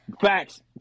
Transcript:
Facts